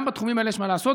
גם בתחומים האלה יש מה לעשות,